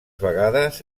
vegades